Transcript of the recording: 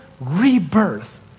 rebirth